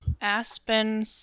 Aspen